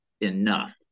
enough